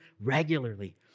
regularly